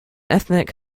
ethnic